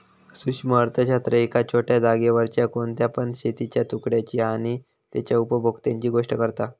सूक्ष्म अर्थशास्त्र एका छोट्या जागेवरच्या कोणत्या पण शेतीच्या तुकड्याची आणि तेच्या उपभोक्त्यांची गोष्ट करता